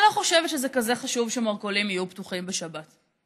אני לא חושבת שזה כזה חשוב שמרכולים יהיו פתוחים בשבת,